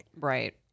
Right